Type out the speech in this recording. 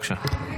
בבקשה.